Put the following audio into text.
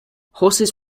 horses